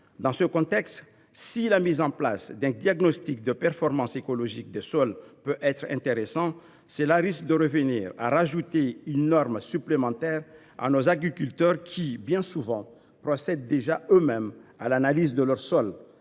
dans nos départements. Si la mise en place d’un diagnostic de performance écologique des sols peut être intéressante, elle risque de venir ajouter une norme supplémentaire pour nos agriculteurs qui, bien souvent, procèdent déjà eux mêmes à l’analyse de leurs sols.